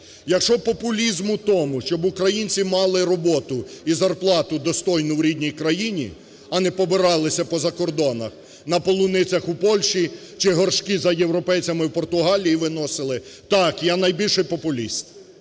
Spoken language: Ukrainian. Якщо популізм у тому, щоб українці мали роботу і зарплату достойну в рідній країні, а не побиралися по закордонах на полуницях у Польщі, чи горшки за європейцями в Португалії виносили. Так, я найбільший популіст